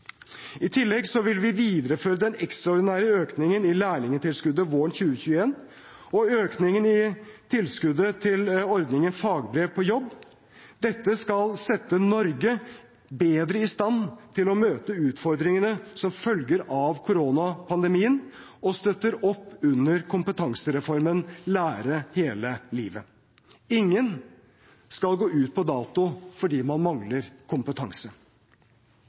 I tillegg vil vi videreføre den ekstraordinære økningen i lærlingtilskuddet våren 2021 og økningen i tilskuddet til ordningen Fagbrev på jobb. Dette skal sette Norge bedre i stand til å møte utfordringene som følger av koronapandemien, og støtter opp under kompetansereformen Lære hele livet. Ingen skal gå ut på dato fordi man mangler kompetanse.